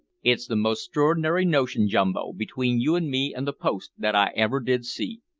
it's the most stror'nary notion, jumbo, between you and me and the post, that i ever did see.